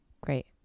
great